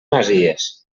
masies